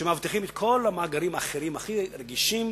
שמאבטחים את כל המאגרים האחרים, הכי רגישים,